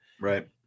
Right